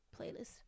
playlist